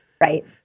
Right